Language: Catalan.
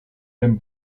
ben